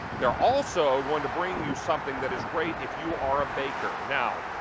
they are also going to bring you something that is great if you are a bigger. now,